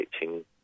teaching